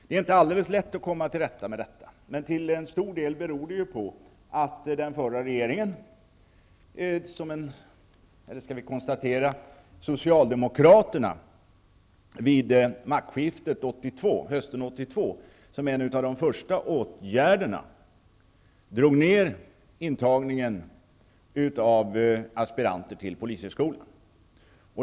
Det är inte helt lätt att komma till rätta med detta, men det beror till stor del på att Socialdemokraterna vid maktskiftet hösten 1982, som en av de första åtgärderna, drog ned intagningen av aspiranter till polishögskolan.